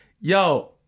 yo